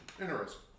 Interesting